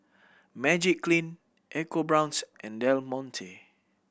Magiclean EcoBrown's and Del Monte